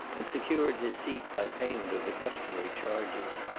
and secured his seat by payment of the customary charges.